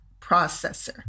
processor